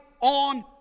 on